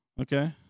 Okay